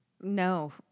No